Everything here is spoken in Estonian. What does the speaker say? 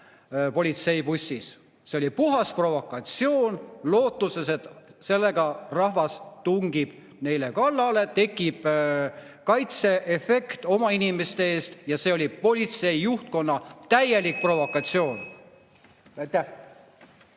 politseibussis. See oli puhas provokatsioon lootuses, et selle tagajärjel rahvas tungib neile kallale ja tekib kaitse[refleks] oma inimeste eest. See oli politsei juhtkonna täielik provokatsioon.